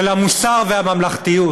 של המוסר והממלכתיות,